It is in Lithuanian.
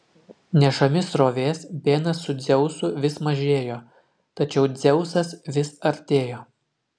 nešami srovės benas su dzeusu vis mažėjo tačiau dzeusas vis artėjo